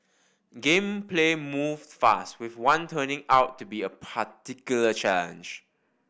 game play moved fast with one turning out to be a particular challenge